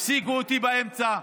הפסיקו אותי באמצע,